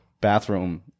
bathroom